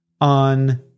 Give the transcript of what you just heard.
on